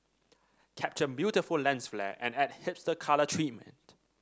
capture beautiful lens flare and add hipster colour treatment